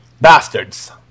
Bastards